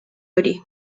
hori